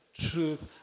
truth